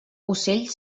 ocell